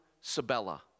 Sabella